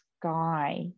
Sky